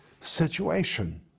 situation